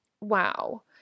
wow